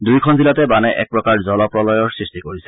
দুয়োখন জিলাতে বানে একপ্ৰকাৰ জলপ্ৰলয়ৰ সৃষ্টি কৰিছে